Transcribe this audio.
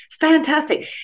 Fantastic